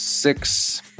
six